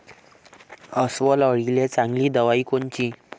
अस्वल अळीले चांगली दवाई कोनची?